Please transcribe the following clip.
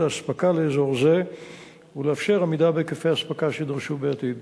האספקה לאזור זה ולאפשר עמידה בהיקפי האספקה שיידרשו בעתיד.